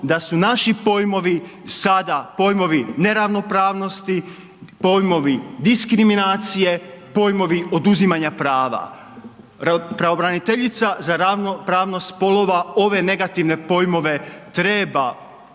da su naši pojmovi sada pojmovi neravnopravnosti, pojmovi diskriminacije, pojmovi oduzimanja prava. Pravobraniteljici za ravnopravnost spolova ove negativne pojmove treba